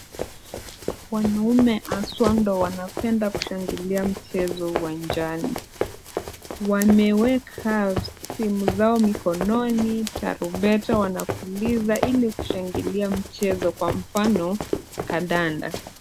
Wanaume haswa ndo wanapenda kushangilia mchezo uwanjani. Wameweka simu zao mikononi, tarumbeta wanapuliza ili kushangilia mchezo kwa mfano kandanda.